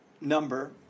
number